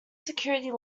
security